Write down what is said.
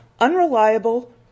unreliable